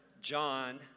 John